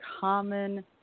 common